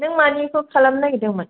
नों मानिखौ खालामनो नागिरदोंमोन